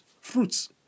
fruits